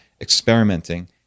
experimenting